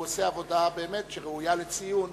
והוא עושה עבודה באמת ראויה לציון,